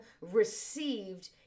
received